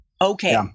Okay